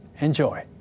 Enjoy